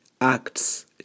Acts